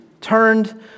turned